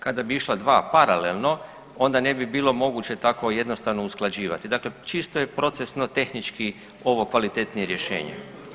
Kada bi išla dva paralelno onda ne bi bilo moguće tako jednostavno usklađivati, dakle čisto je procesno tehnički ovo kvalitetnije rješenje.